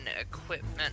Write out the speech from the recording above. equipment